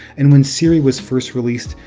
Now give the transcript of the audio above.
and when siri was first released,